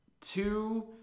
two